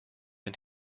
and